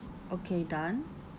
okay done